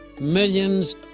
Millions